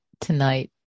tonight